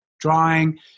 drawing